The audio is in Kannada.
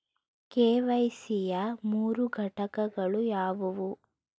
ಕೆ.ವೈ.ಸಿ ಯ ಮೂರು ಘಟಕಗಳು ಯಾವುವು?